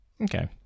Okay